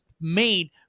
made